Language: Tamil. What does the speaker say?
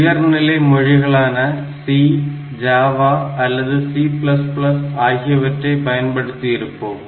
உயர்நிலை மொழிகளான C ஜாவா அல்லது C ஆகியவற்றை பயன்படுத்தி இருப்போம்